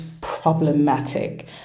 problematic